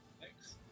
Thanks